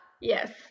yes